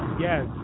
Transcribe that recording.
Yes